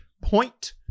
Point